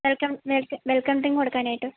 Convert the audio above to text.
welcome drink കൊടുക്കാനായിട്ട്